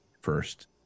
first